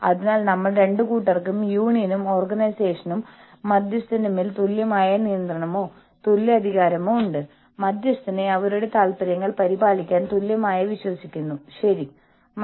അതിനാൽ നിങ്ങൾ 5 ൽ കൂടുതൽ ആളുകൾക്ക് ഒരേ സമയം ഒരിടത്ത് ഇരിക്കാൻ കഴിയില്ല 4 ൽ കൂടുതൽ ജീവനക്കാർക്ക് ഒരേ സമയം ഉച്ചഭക്ഷണം കഴിക്കാൻ പുറത്തിറങ്ങാൻ കഴിയില്ല എന്നതുപോലുള്ള നയങ്ങൾ ഇതിന് ഉണ്ടായിരിക്കാം